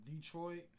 Detroit